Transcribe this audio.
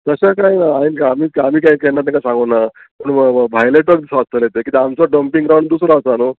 तशें कांय ना हांयें आमी आमी कांय केन्ना तेका सांगू ना पूण भायले ट्रक्स आसतले ते किद्याक आमचो डंपिंग ग्रावंड दुसरो आसा न्हू